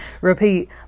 repeat